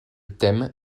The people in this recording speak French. thème